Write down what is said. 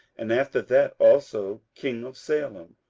and after that also king of salem,